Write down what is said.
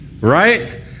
right